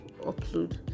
upload